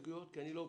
כי אני לא אופטימי,